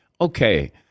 okay